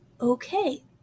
Okay